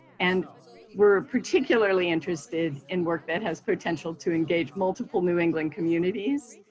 and we're particularly interested in work that has potential to engage multiple new england communities.